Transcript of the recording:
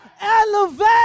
elevate